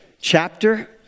chapter